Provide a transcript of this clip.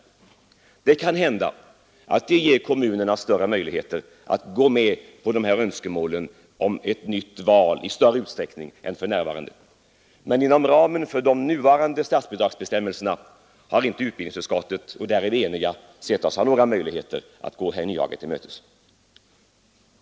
Det kanske ger kommunerna möjlighet att gå med på önskemålen om ett nytt studieval i större utsträckning än för närvarande. Men inom ramen för de nuvarande statsbidragsbestämmelserna har inte utskottet — och där är vi eniga — sett sig någon möjlighet att gå herr Nyhage till mötes.